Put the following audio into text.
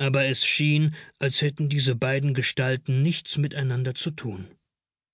aber es schien als hätten diese beiden gestalten nichts miteinander zu tun